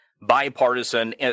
bipartisan